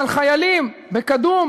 על חיילים בקדום,